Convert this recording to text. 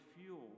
fuel